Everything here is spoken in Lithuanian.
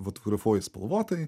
fotografuoji spalvotai